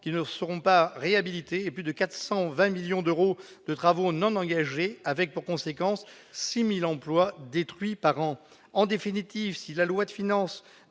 qui ne seront pas réhabilités et plus de 420 millions d'euros de travaux qui ne seront pas engagés avec, pour conséquence, 6 000 emplois détruits par an. En définitive, si le projet de loi de finances